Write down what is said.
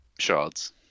shards